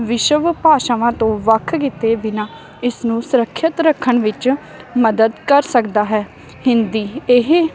ਵਿਸ਼ਵ ਭਾਸ਼ਾਵਾਂ ਤੋਂ ਵੱਖ ਕੀਤੇ ਬਿਨਾਂ ਇਸ ਨੂੰ ਸੁਰੱਖਿਅਤ ਰੱਖਣ ਵਿੱਚ ਮਦਦ ਕਰ ਸਕਦਾ ਹੈ ਹਿੰਦੀ ਇਹ